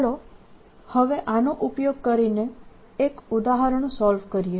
ચાલો હવે આનો ઉપયોગ કરીને એક ઉદાહરણ સોલ્વ કરીએ